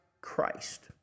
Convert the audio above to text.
Christ